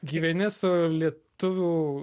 gyveni su lietuvių